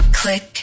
Click